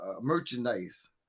merchandise